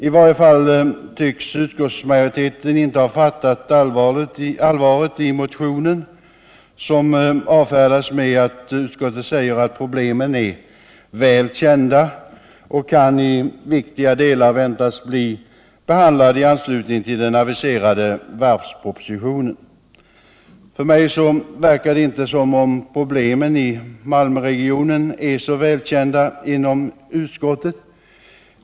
I varje fall tycks utskottsmajoriteten inte ha fattat allvaret i motionen, som avfärdas med att utskottet säger att problemen är väl kända och i viktiga delar kan väntas bli behandlade i anslutning till den aviserade varvspropositionen. För mig verkar det inte som om problem i Malmöregionen är så väl kända inom utskottet.